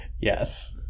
Yes